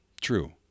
True